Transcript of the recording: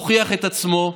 הוא הוכיח את עצמו,